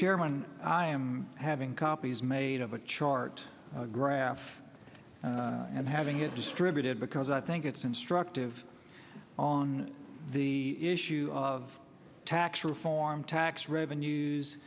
chairman i am having copies made of a chart graph and having it distributed because i think it's instructive on the issue of tax reform tax revenues